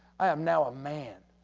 i am now a man.